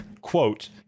quote